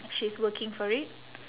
she's working for it